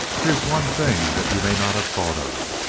here's one thing that you may not have thought of.